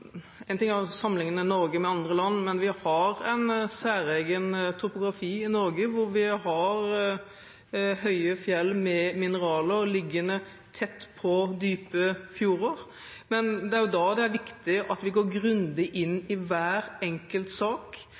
En ting er å sammenligne Norge med andre land, men vi har en særegen topografi i Norge. Vi har høye fjell med mineraler liggende tett på dype fjorder. Det er da det er viktig at vi går grundig inn i hver enkelt sak.